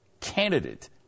candidate